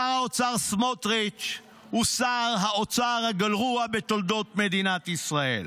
שר האוצר סמוטריץ' הוא שר האוצר הגרוע בתולדות מדינת ישראל.